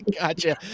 gotcha